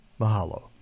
Mahalo